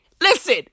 listen